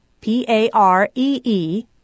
P-A-R-E-E